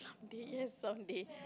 someday yes someday